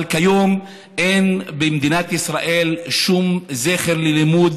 אבל כיום אין במדינת ישראל שום זכר ללימוד